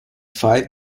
five